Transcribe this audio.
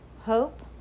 hope